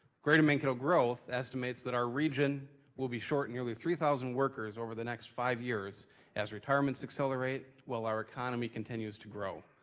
greater mankato growth estimates that our region will be short nearly three thousand workers over the next five years as retirements accelerate while our economy continues to grow.